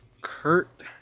Kurt